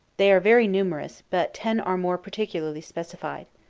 they are very numerous, but ten are more particularly specified.